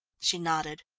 she nodded.